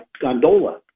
gondola